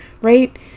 right